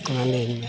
ᱚᱱᱟ ᱞᱟᱹᱭᱟᱹᱧ ᱢᱮ